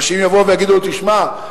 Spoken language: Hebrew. מאשר אם יבואו ויגידו לו: תשמע,